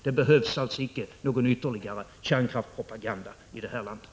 Det behövs alltså icke någon ytterligare kärnkraftspropaganda här i landet.